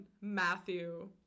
Matthew